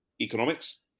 economics